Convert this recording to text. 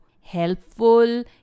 helpful